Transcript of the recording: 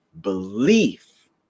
belief